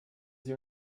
sie